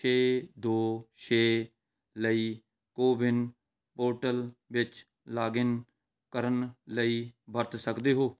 ਛੇ ਦੋ ਛੇ ਲਈ ਕੋਵਿਨ ਪੋਰਟਲ ਵਿੱਚ ਲੌਗਇਨ ਕਰਨ ਲਈ ਵਰਤ ਸਕਦੇ ਹੋ